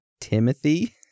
Timothy